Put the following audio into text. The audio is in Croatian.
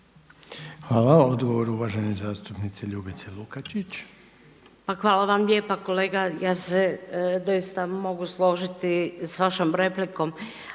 Hvala odgovor uvažene zastupnice Ljubice Lukačić. **Lukačić, Ljubica (HDZ)** Hala vam lijepa. Kolega ja se doista mogu složiti s vašom replikom